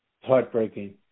heartbreaking